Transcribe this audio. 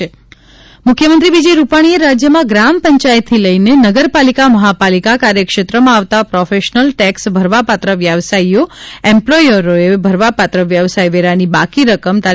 CM મુખ્યમંત્રી વિજય રૂપાણીએ રાજ્યમાં ગ્રામ પંચાયતથી લઈને નગરપાલિકા મહાપાલિકા કાર્યક્ષેત્રમાં આવતા પ્રોફેશનલ ટેક્ષ ભરવાપાત્ર વ્યવસાયીઓ એમ્પ્લોયરોએ ભરવાપાત્ર વ્યવસાય વેરાની બાકી રકમ તા